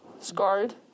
Scarred